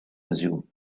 assume